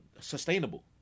sustainable